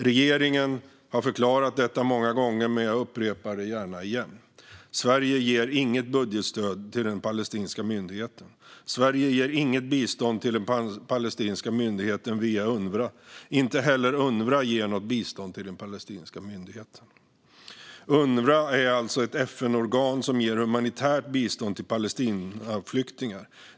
Regeringen har förklarat detta många gånger, men jag upprepar det gärna igen: Sverige ger inget budgetstöd till den palestinska myndigheten. Sverige ger inget bistånd till den palestinska myndigheten via Unrwa. Inte heller Unrwa ger något bistånd till den palestinska myndigheten. Unrwa är alltså ett FN-organ som ger humanitärt bistånd till Palestinaflyktingar.